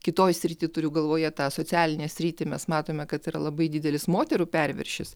kitoj srity turiu galvoje tą socialinę sritį mes matome kad yra labai didelis moterų perviršis